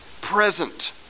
present